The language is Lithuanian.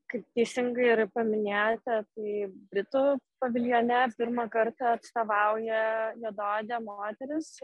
kaip teisingai ir paminėjote tai britų paviljone pirmą kartą atstovauja juodaodė moteris